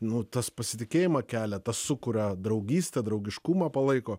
nu tas pasitikėjimą kelia tas sukuria draugystę draugiškumą palaiko